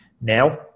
now